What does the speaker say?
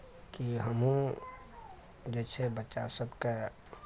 कि हमहुॅं जे छै बच्चा सबके